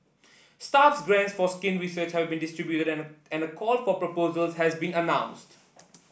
staff grants for skin research have been distributed and call for proposals has been announced